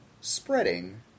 spreading